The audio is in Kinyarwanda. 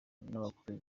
n’abakuru